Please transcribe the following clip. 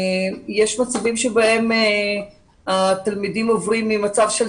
יש מצבים שבהם התלמידים עוברים ממצב של